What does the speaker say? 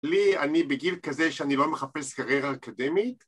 לי, אני בגיל כזה שאני לא מחפש קריירה אקדמית.